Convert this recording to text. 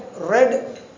red